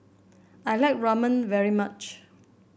I like Ramen very much